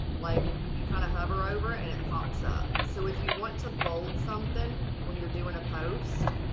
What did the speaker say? like you kind of hover over and it pops up. so if you want to bold something when you're doing a post